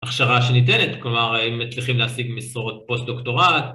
הכשרה שניתנת, כלומר אם מצליחים להשיג משרות פוסט דוקטורט